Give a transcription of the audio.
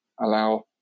allow